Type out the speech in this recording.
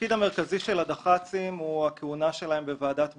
-- התפקיד המרכזי של הדח"צים הוא הכהונה שלהם בוועדת ביקורת.